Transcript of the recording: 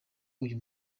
uyu